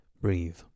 Breathe